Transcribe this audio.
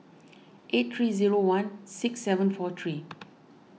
eight three zero one six seven four three